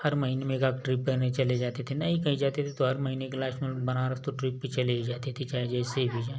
हर महीने में एका एक ट्रिप करने चाले जाते थे नहीं कहीं जाते थे तो हर महीने के लास्ट में बनारस तो ट्रिप पर चले ही जाते थे चाहे जैसे भी जाएँ